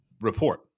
report